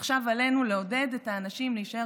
עכשיו עלינו לעודד את האנשים להישאר